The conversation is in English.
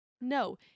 No